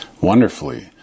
wonderfully